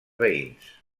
veïns